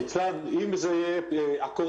הישיבה ננעלה בשעה 12:00.